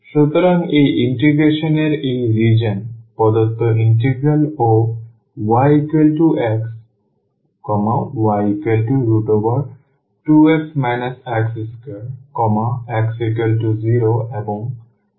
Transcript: সুতরাং এই ইন্টিগ্রেশন এর এই রিজিওন প্রদত্ত ইন্টিগ্রাল ওyxy2x x2x0 এবং x1 দ্বারা দেওয়া হয়